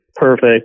perfect